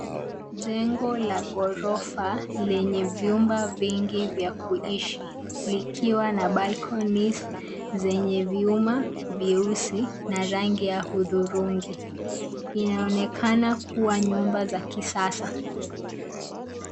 Jengo la ghorofa lenye vyumba vingi vya kuishi likiwa na balconies zenye vyuma vyeusi na rangi ya hudhurungi. Inaonekana kuwa nyumba za kisasa.